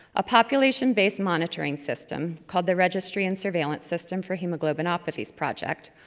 a population-based monitoring system, called the registry and surveillance system for hemoglobinopathies project,